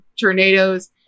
tornadoes